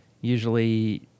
usually